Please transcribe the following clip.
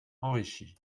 enrichi